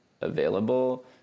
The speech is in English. available